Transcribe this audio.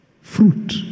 fruit